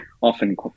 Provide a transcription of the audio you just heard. often